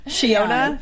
Shiona